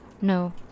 No